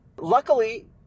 Luckily